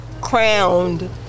crowned